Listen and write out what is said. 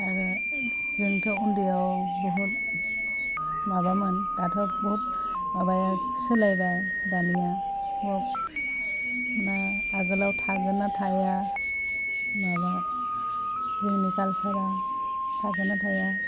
आरो जोंथ' उन्दैआव बुहुत माबामोन दाथ' बुहुत माबाया सोलायबाय दानिया हपना आगोलाव थागोन ना थाया माबा जोंनि कालसारा थागोन ना थाया